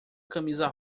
camisa